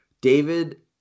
David